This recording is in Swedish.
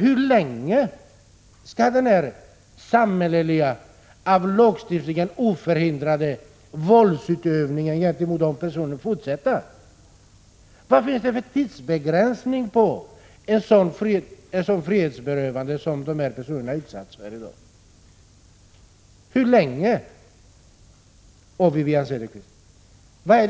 Hur länge skall den här samhälleliga av lagstiftningen oförhindrade våldsutövningen gentemot dem få fortsätta? Vad finns det för tidsbegräns ning för det frihetsberövande som de utsätts för? Vad skall